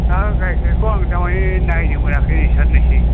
दा गाइखेरखौ आं दामानि नायनो मोनाखै साननैसो